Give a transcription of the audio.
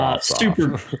super